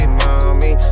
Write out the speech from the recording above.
mommy